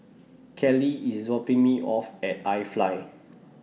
Kallie IS dropping Me off At IFly